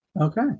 Okay